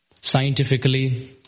scientifically